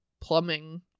plumbing